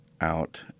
out